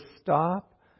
stop